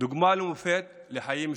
דוגמה ומופת לחיים משותפים.